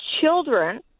children